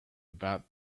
about